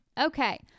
Okay